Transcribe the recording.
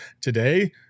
Today